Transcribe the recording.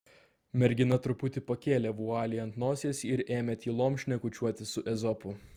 mergina truputį pakėlė vualį ant nosies ir ėmė tylom šnekučiuoti su ezopu